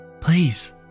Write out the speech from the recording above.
Please